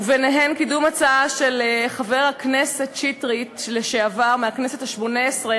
וביניהן קידום הצעה של חבר הכנסת לשעבר שטרית מהכנסת השמונה-עשרה